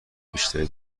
بیشتری